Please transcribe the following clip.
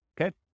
Okay